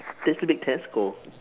there's a big tesco